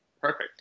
Perfect